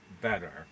better